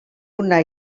una